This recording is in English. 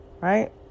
right